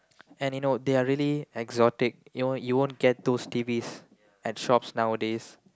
and you know they are really exotic you know you won't get those T_Vs at shops nowadays